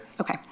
Okay